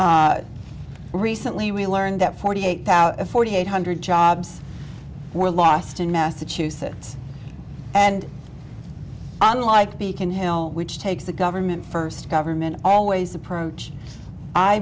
used recently we learned that forty eight thousand forty eight hundred jobs were lost in massachusetts and unlike beacon hill which takes the government first government always approach i